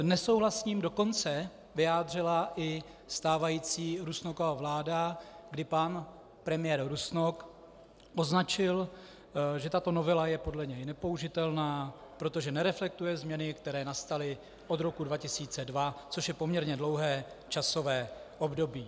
Nesouhlas s ním dokonce vyjádřila i stávající Rusnokova vláda, kdy pan premiér Rusnok označil, že tato novela je podle něj nepoužitelná, protože nereflektuje změny, které nastaly od roku 2002, což je poměrně dlouhé časové období.